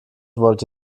wollte